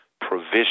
provision